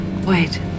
Wait